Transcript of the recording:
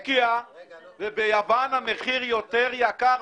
בעיה שנייה שהייתה לנו - שאנחנו מוצאים שמפעל נשר,